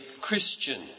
Christian